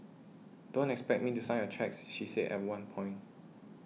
don't expect me to sign your cheques she said at one point